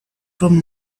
from